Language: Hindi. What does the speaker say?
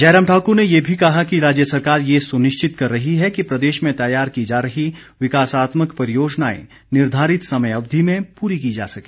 जयराम ठाकुर ने ये भी कहा कि राज्य सरकार ये सुनिश्चित कर रही है कि प्रदेश में तैयार की जा रही विकासात्मक परियोजनाएं निर्घारित समय अवधि में पूरी की जा सके